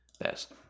best